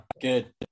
good